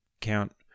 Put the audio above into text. count